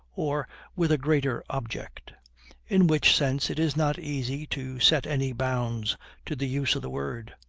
or with a greater object in which sense it is not easy to set any bounds to the use of the word.